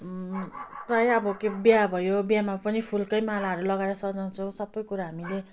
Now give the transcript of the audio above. प्राय अब के बिहा भयो बिहामा पनि फुलकै मालाहरू लगाएर सजाउँछौँ सबै कुरा हामीले